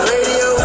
Radio